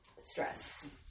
stress